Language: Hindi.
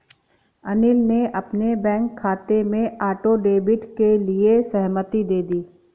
अनिल ने अपने बैंक खाते में ऑटो डेबिट के लिए सहमति दे दी